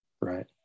Right